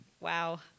Wow